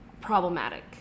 problematic